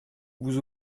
vous